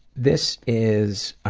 this is